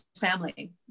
family